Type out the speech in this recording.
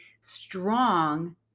strong